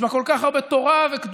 יש בה כל כך הרבה תורה וקדושה.